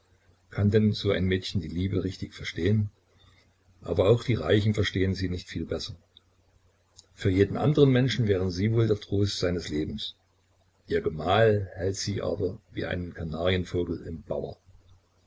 kann denn so ein mädchen die liebe richtig verstehen aber auch die reichen verstehen sie nicht viel besser für jeden andern menschen wären sie wohl der trost seines lebens ihr gemahl hält sie aber wie einen kanarienvogel im bauer